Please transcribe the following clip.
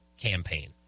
campaign